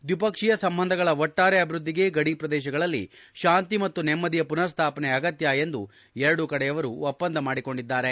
ದ್ವಿಪಕ್ಷೀಯ ಸಂಬಂಧಗಳ ಒಟ್ಲಾರೆ ಅಭಿವ್ವದ್ದಿಗೆ ಗಡಿ ಪ್ರದೇಶಗಳಲ್ಲಿ ಶಾಂತಿ ಮತ್ತು ನೆಮ್ಮದಿಯ ಪುನರ್ ಸ್ಥಾಪನೆ ಅಗತ್ಯ ಎಂದು ಎರಡೂ ಕಡೆಯವರು ಒಪ್ಪಂದ ಮಾಡಿಕೊಂಡಿದ್ದಾರೆ